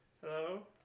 hello